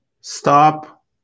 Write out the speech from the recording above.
stop